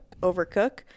Overcook